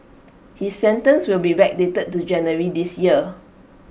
his sentence will be backdated to January this year